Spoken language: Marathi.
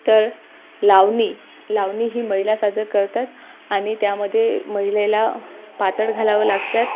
तर लावणी लावणी ही महिला सादर करतात आणि त्यामध्ये महिलेला पातळ घालावं लागतात